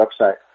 website